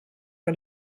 que